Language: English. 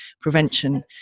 prevention